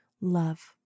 love